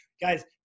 guys